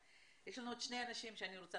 יש לנו עוד שני אנשים שאני רוצה